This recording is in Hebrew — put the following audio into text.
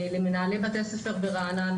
למנהלי בתי ספר ברעננה,